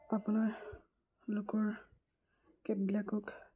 আপোনাৰ লোকৰ কেববিলাকক